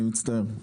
אני מצטער,